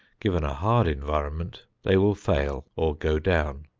given a hard environment they will fail, or go down.